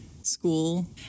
school